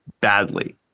badly